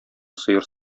сыер